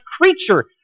creature